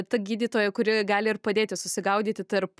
ta gydytoja kuri gali ir padėti susigaudyti tarp